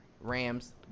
Rams